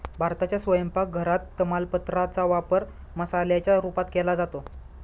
भारताच्या स्वयंपाक घरात तमालपत्रा चा वापर मसाल्याच्या रूपात केला जातो